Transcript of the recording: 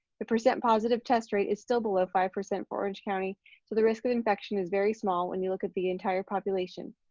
the percent positive test rate is still below five percent for orange county so the risk of infection is very small when you look at the entire population.